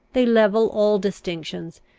they level all distinctions,